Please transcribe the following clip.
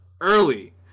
Early